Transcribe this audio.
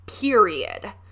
Period